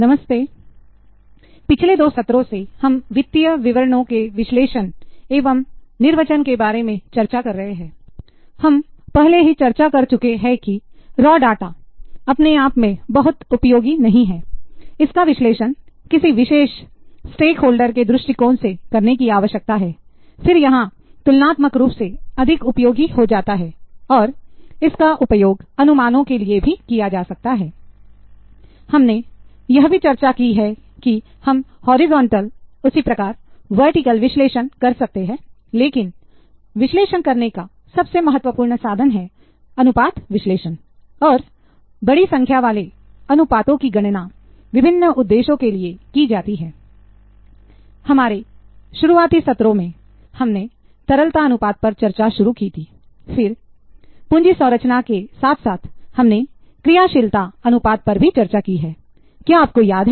नमस्ते पिछले दो सत्रों से हम वित्तीय विवरणों के विश्लेषण एवं निर्वचन के बारे में चर्चा कर रहे हैं हम पहले ही चर्चा कर चुके हैं कि रॉ डाटा के दृष्टिकोण से करने की आवश्यकता है फिर यहां तुलनात्मक रूप से अधिक उपयोगी हो जाता है और इसका उपयोग अनुमानों के लिए भी किया जा सकता है हमने यह भी चर्चा की है कि हम हॉरिजॉन्टल विश्लेषण कर सकते हैं लेकिन विश्लेषण करने का सबसे महत्वपूर्ण साधन है अनुपात विश्लेषण और बड़ी संख्यावाले अनुपातों की गणना विभिन्न उद्देश्यों के लिए की जाती है हमारे शुरुआती सत्रों में हमने तरलता अनुपात पर चर्चा शुरू की थी फिर पूंजी संरचना के साथ साथ हमने क्रियाशीलता अनुपात पर भी चर्चा की है क्या आपको याद है